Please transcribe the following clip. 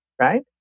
right